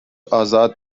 ازاد